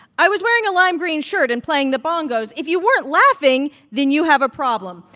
i was wearing a lime-green shirt and playing the bongos. if you weren't laughing, then you have a problem.